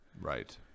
Right